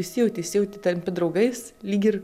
įsijauti įsijauti tampi draugais lyg ir